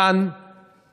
כאן